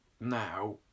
now